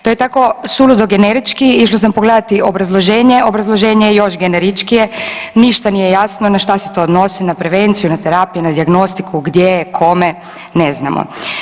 To je tako suludo generički, išla sam pogledati obrazloženje, obrazloženje je još generičkije, ništa nije jasno na šta se to odnosi, na prevenciju, na terapije, na dijagnostiku, gdje, kome, ne znamo.